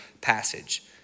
passage